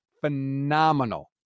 phenomenal